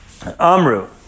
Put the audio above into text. Amru